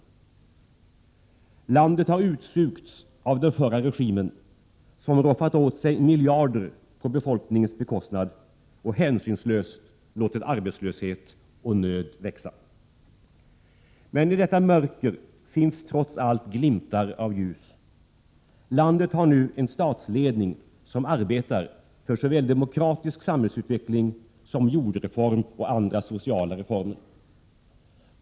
Landet har utsugits av den förra regimen, som har roffat åt sig miljarder på befolkningens bekostnad och hänsynlöst låtit arbetslöshet och nöd växa. Men i detta mörker finns trots allt glimtar av ljus. Landet har nu en statsledning som arbetar för såväl demokratisk samhällsutveckling som jordreform och andra sociala reformer.